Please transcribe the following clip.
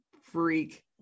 freak